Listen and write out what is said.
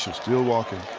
still walking,